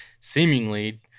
seemingly